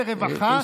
לרווחה,